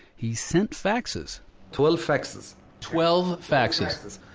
he sent faxes twelve faxes twelve faxes?